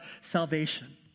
salvation